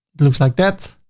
it looks like that.